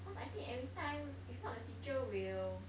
cause I think everytime if not the teacher will